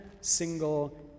single